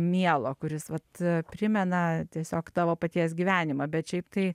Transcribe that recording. mielo kuris vat primena tiesiog tavo paties gyvenimą bet šiaip tai